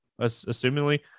assumingly